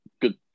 good